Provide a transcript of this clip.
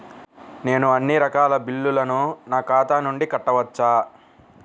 నేను అన్నీ రకాల బిల్లులను నా ఖాతా నుండి కట్టవచ్చా?